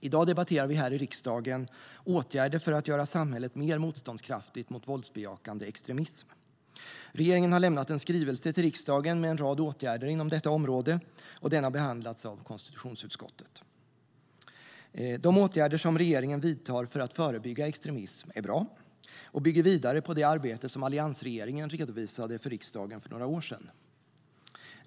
I dag debatterar vi här i riksdagen åtgärder för att göra samhället mer motståndskraftigt mot våldsbejakande extremism. Regeringen har lämnat en skrivelse till riksdagen med en rad åtgärder inom detta område, och den har behandlats av konstitutionsutskottet. De åtgärder som regeringen vidtar för att förebygga extremism är bra och bygger vidare på det arbete som alliansregeringen redovisade för riksdagen för några år sedan.